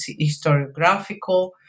historiographical